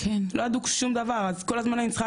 לא ידעו שום דבר אז כל הזמן אני צריכה